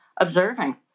observing